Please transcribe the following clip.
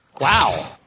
Wow